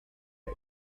end